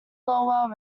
lowell